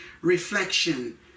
Reflection